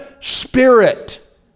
spirit